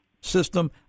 system